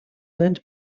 lend